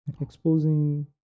exposing